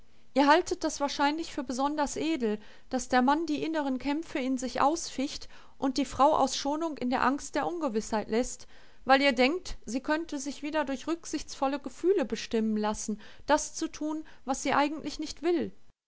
ihr haltet das wahrscheinlich für besonders edel daß der mann die inneren kämpfe in sich ausficht und die frau aus schonung in der angst der ungewißheit läßt weil ihr denkt sie könnte sich wieder durch rücksichtsvolle gefühle bestimmen lassen das zu tun was sie eigentlich nicht will